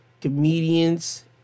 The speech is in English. comedians